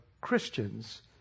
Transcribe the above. Christians